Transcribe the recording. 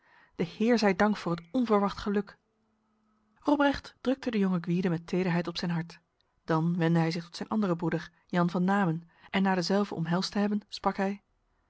de heer zij dank voor het onverwacht geluk robrecht drukte de jonge gwyde met tederheid op zijn hart dan wendde hij zich tot zijn andere broeder jan van namen en na dezelve omhelsd te hebben